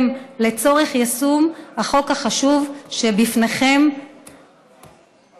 לצורך יישום החוק החשוב שמונח לפניכם היום.